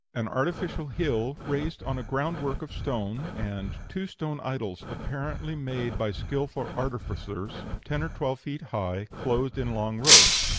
an artificial hill raised on a groundwork of stone, and two stone idols, apparently made by skilful artificers, ten or twelve feet high, clothed in long robes.